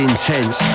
intense